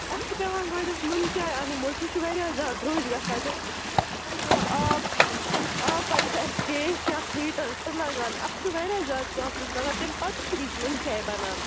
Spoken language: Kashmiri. اَسہِ چھِ پٮ۪وان گۄڈٕنٮ۪تھ نُن چاے اَنٕنۍ مٔلۍ سُہ چھِ واریاہ زیادٕ درٛۅج گژھان تَمہِ پتہٕ چھُ اَسہِ پٮ۪وان آب ژھانٛڈُن آب پَتہٕ چھِ اَسہِ گیس یا ہیٖٹَر تہٕ لَگان اَتھ چھُ واریاہ زیادٕ پرٛوسٮ۪س لَگان تَمہِ پَتہٕ چھِ نُن چاے بَنان